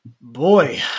Boy